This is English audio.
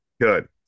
good